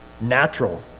natural